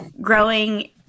growing